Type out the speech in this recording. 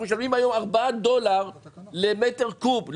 אנחנו משלמים היום 4 דולר למטר קוב.